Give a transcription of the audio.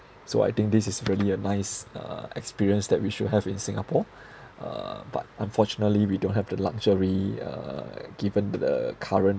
so I think this is really a nice uh experience that we should have in singapore uh but unfortunately we don't have the luxury uh given to the current